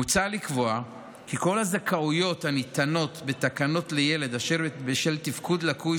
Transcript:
מוצע לקבוע כי כל הזכאויות הניתנות בתקנות לילד אשר בשל תפקוד לקוי